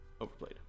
overplayed